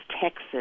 Texas